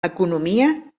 economia